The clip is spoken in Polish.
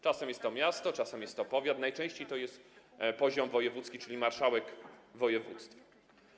Czasem jest to miasto, czasem jest to powiat, najczęściej jest to poziom wojewódzki, czyli marszałek województwa.